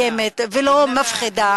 איננה שפה מאיימת ולא מפחידה,